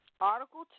Article